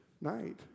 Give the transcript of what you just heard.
night